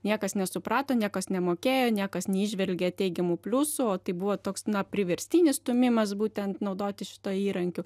niekas nesuprato niekas nemokėjo niekas neįžvelgė teigiamų pliusų o tai buvo toks priverstinis stūmimas būtent naudotis šituo įrankiu